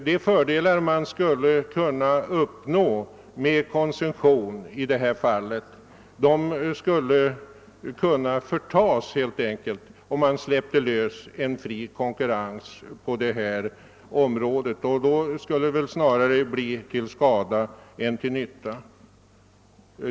De fördelar man skulle kunna uppnå genom koncession i detta fall kunde helt enkelt förtas, om man släppte lös en fri konkurrens på området, och då skulle det väl snarare bli till skada än till nytta.